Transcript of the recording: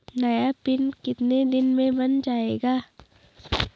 नया पिन कितने दिन में बन जायेगा?